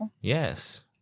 Yes